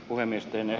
puhemies pieniä